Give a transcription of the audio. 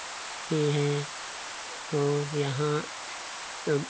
नाचती हैं और यहाँ सब